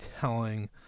telling